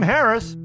Harris